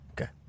Okay